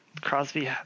Crosby